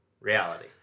reality